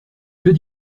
que